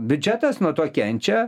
biudžetas nuo to kenčia